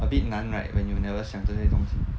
a bit 难 right when you never 想这些东西